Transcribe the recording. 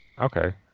okay